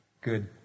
Good